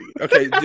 Okay